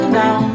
now